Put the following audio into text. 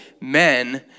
men